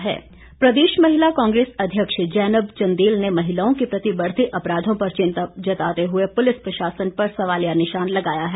महिला कांग्रेस प्रदेश महिला कांग्रेस अध्यक्ष जैनब चंदेल ने महिलाओं के प्रति बढ़ते अपराधों पर चिंता जताते हुए पुलिस प्रशासन पर सवालिया निशान लगाया है